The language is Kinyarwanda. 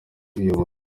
kuyobora